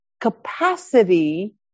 capacity